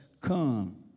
Come